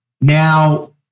Now